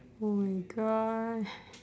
oh my god